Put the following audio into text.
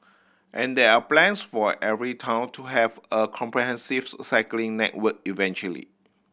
and there are plans for every town to have a comprehensives cycling network eventually